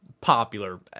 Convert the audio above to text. popular